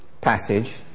passage